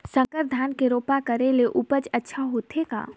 संकर धान के रोपा करे ले उपज अच्छा होथे का?